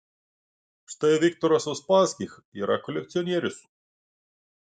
štai viktoras uspaskich yra kolekcionierius